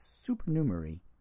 supernumerary